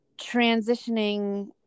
transitioning